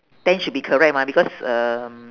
ten should be correct mah because um